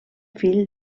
fill